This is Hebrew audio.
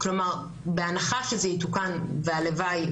בהנחה שזה יתוקן והלוואי,